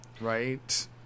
right